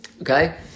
okay